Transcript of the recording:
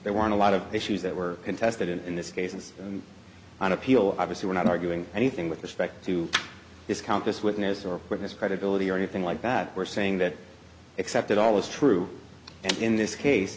they want a lot of issues that were contested in this case and on appeal obviously we're not arguing anything with respect to discount this witness or witness credibility or anything like that we're saying that except that all is true in this case